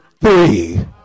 three